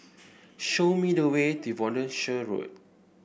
show me the way Devonshire Road